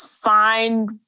find